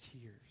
tears